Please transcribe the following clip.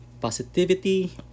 positivity